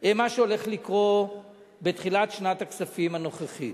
מה שהולך לקרות בתחילת שנת הכספים הנוכחית.